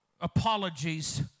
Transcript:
apologies